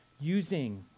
using